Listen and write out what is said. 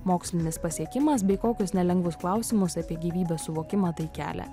mokslinis pasiekimas bei kokius nelengvus klausimus apie gyvybės suvokimą tai kelia